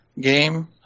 game